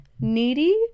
needy